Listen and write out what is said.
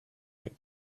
like